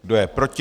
Kdo je proti?